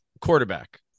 quarterback